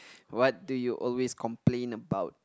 what do you always complain about